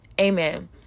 amen